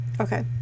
Okay